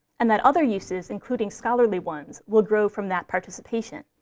and that other uses including scholarly ones will grow from that participation.